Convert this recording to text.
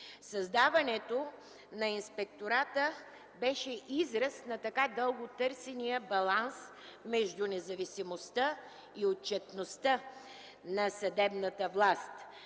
Създаването на инспектората беше израз на така дълго търсения баланс между независимостта и отчетността на съдебната власт,